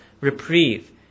reprieve